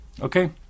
Okay